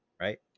right